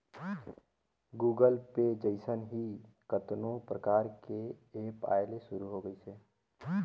Google Pay जइसन ही कतनो परकार के ऐप आये ले शुरू होय गइसे